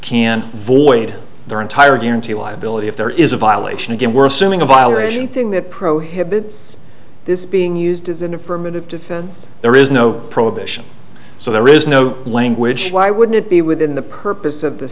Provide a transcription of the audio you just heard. can void their entire guaranty liability if there is a violation again we're assuming a violation thing that prohibits this being used as an affirmative defense there is no prohibition so there is no language why wouldn't it be within the purpose of the